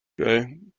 Okay